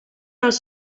els